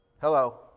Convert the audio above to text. Hello